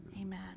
Amen